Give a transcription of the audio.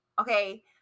okay